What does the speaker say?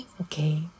Okay